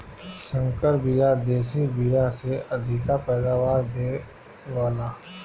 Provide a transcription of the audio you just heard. संकर बिया देशी बिया से अधिका पैदावार दे वेला